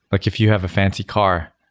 like if you have a fancy car,